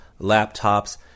laptops